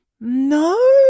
No